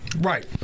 Right